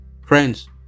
Friends